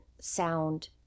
sound